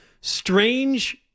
strange